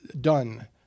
done